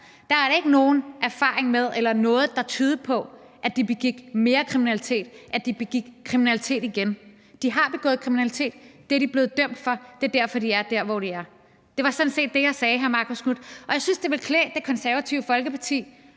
før, er der ikke nogen erfaring med eller noget, der tyder på, at de begik mere kriminalitet, eller at de begik kriminalitet igen. De har begået kriminalitet. Det er de blevet dømt for. Det er derfor, de er der, hvor de er. Det var sådan set det, jeg sagde, hr. Marcus Knuth, og jeg synes, det ville klæde Det Konservative Folkeparti